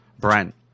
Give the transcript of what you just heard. Brent